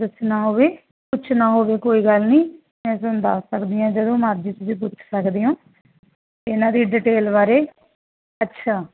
ਦੱਸਣਾ ਹੋਵੇ ਪੁੱਛਣਾ ਹੋਵੇ ਕੋਈ ਗੱਲ ਨਹੀਂ ਮੈਂ ਤੁਹਾਨੂੰ ਦੱਸ ਸਕਦੀ ਹਾਂ ਜਦੋਂ ਮਰਜ਼ੀ ਤੁਸੀਂ ਪੁੱਛ ਸਕਦੇ ਹੋ ਇਹਨਾਂ ਦੀ ਡਿਟੇਲ ਬਾਰੇ ਅੱਛਾ